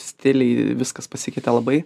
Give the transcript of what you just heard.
stiliai viskas pasikeitė labai